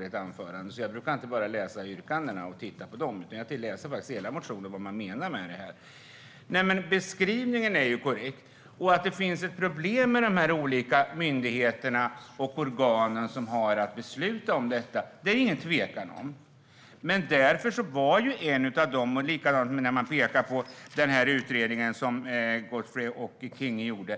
i era anföranden. Jag brukar inte bara läsa yrkandena, utan jag läser hela motionen för att se vad man menar. Beskrivningen är korrekt. Det är ingen tvekan om att det finns ett problem med de olika myndigheterna och organen som har att besluta om detta. Man pekar också på den utredning som Goodfriend och King gjorde.